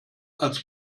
als